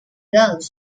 gulf